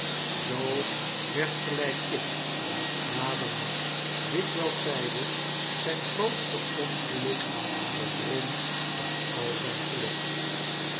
zoo werd gelijk kit naderhand dikwijls zeide zijn grootste ongeluk de bron van al zijn geluk